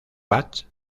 bach